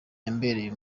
yambereye